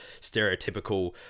stereotypical